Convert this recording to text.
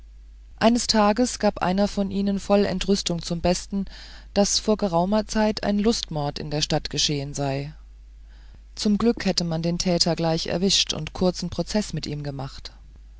eines tages gab einer von ihnen voll entrüstung zum besten daß vor geraumer zeit ein lustmord in der stadt geschehen sei zum glück hätte man den täter sogleich erwischt und kurzen prozeß mit ihm gemacht